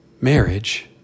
Marriage